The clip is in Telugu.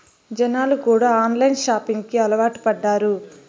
జనాలు కూడా ఆన్లైన్ షాపింగ్ కి అలవాటు పడ్డారు